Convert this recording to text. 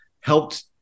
helped